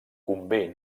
convé